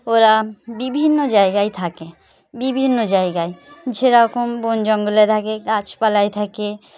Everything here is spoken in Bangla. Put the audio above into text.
ওরা বিভিন্ন জায়গায় থাকে বিভিন্ন জায়গায় যেরকম বন জঙ্গলে থাকে গাছপালায় থাকে